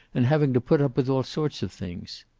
and having to put up with all sorts of things?